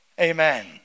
Amen